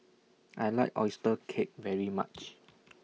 I like Oyster Cake very much